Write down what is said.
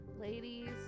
ladies